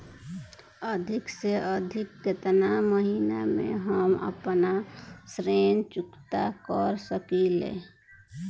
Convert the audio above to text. अधिक से अधिक केतना महीना में हम आपन ऋण चुकता कर सकी ले?